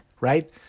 right